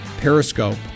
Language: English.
Periscope